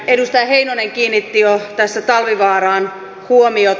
edustaja heinonen kiinnitti jo tässä talvivaaraan huomiota